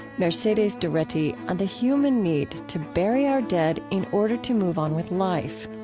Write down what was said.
mercedes doretti on the human need to bury our dead in order to move on with life.